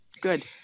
Good